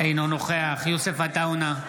אינו נוכח יוסף עטאונה,